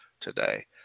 today